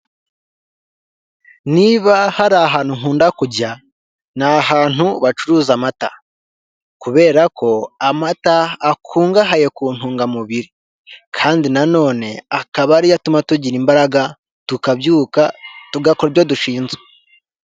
Niba hari ahantu nkunda kujya, ni ahantu bacuruza amata kubera ko amata akungahaye ku ntungamubiri kandi nanone akaba ariyo atuma tugira imbaraga tukabyuka tugakora ibyo dushinzwe.